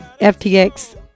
FTX